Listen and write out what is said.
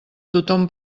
tothom